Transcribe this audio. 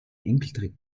enkeltrick